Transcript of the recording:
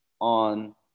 on